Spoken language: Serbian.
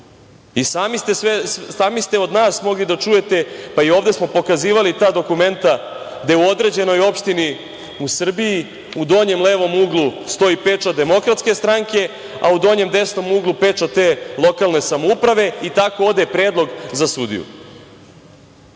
I sami ste od nas mogli da čujete, pa i ovde smo pokazivali ta dokumenta, gde u određenoj opštini u Srbiji u donjem levom uglu stoji pečat DS, a u donjem desnom uglu pečat te lokalne samouprave i tako ode predlog za sudiju.